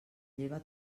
lleva